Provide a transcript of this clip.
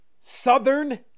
Southern